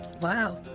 Wow